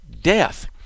death